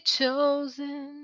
chosen